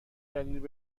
دلیل